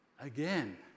again